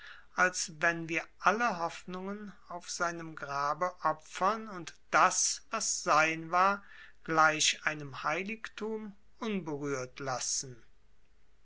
als wenn wir alle hoffnungen auf seinem grabe opfern und das was sein war gleich einem heiligtum unberührt lassen